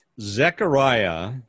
Zechariah